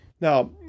now